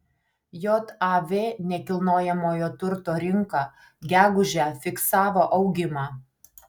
jav nekilnojamojo turto rinka gegužę fiksavo augimą